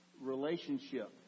relationship